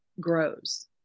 grows